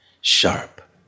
Sharp